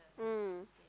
mm